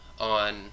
on